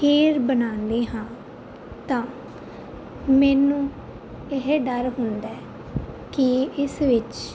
ਖੀਰ ਬਣਾਉਂਦੀ ਹਾਂ ਤਾਂ ਮੈਨੂੰ ਇਹ ਡਰ ਹੁੰਦਾ ਕਿ ਇਸ ਵਿੱਚ